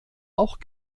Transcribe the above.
auch